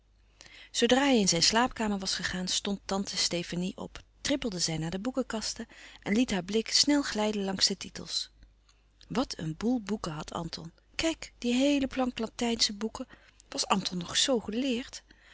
zoodra hij in zijn slaapkamer was gegaan stond tante stefanie op trippelde zij naar de boekenkasten en liet haar blik snel glijden langs de titels wat een boel boeken had anton kijk die heele plank latijnsche boeken was anton nog zoo geleerd